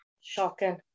Shocking